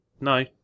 No